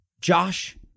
Josh